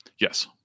yes